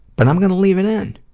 but i'm going to leave it in,